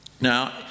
Now